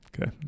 Okay